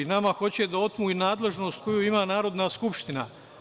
Nama hoće da otmu i nadležnost koju ima Narodna skupština.